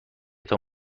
تان